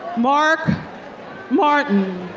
mark martin.